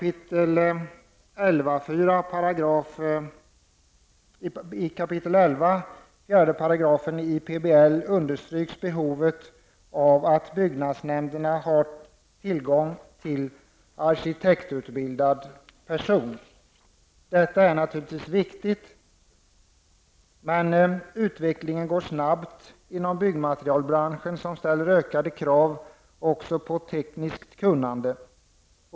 I 11 kap. 4 § PBL understryks behovet av att byggnadsnämnderna har tillgång till arkitektutbildad person. Detta är naturligtvis viktigt. Men utvecklingen går snabbt inom byggmaterialbranschen, som ställer ökade krav också på tekniskt kunnande.